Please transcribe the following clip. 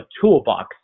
toolbox